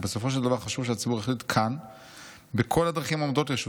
אך בסופו של דבר חשוב שהציבור יחליט כאן בכל הדרכים העומדות לרשותו.